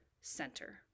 center